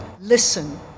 listen